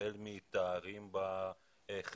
החל מתארים בכימיה,